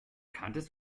kanntest